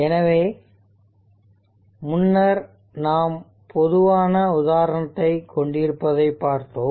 எனவே முன்னர் நாம் ஒரு பொதுவான உதாரணத்தைக் கொண்டிருப்பதைப் பார்த்தோம்